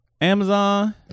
Amazon